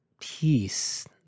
peace